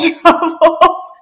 trouble